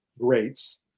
greats